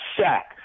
sack